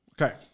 Okay